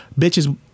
bitches